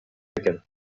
экен